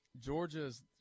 Georgia's